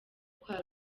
kwa